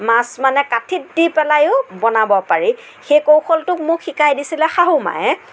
মাছ মানে কাঠিত দি পেলায়ো বনাব পাৰি সেই কৌশলটো মোক শিকাই দিছিলে শাহুমায়ে